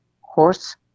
horse